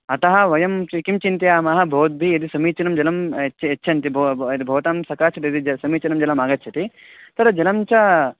अतः वयं चि किं चिन्तयामः भवद्भिः यदि समीचीनं जलं यच् यच्छन्ति भोः ब यदि भवतां सकाशात् यदि ज समीचीनं जलम् आगच्छति तद् जलं च